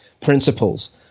principles